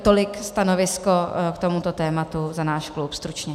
Tolik stanovisko k tomuto tématu za náš klub stručně.